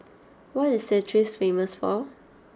what is Castries famous for